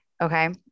Okay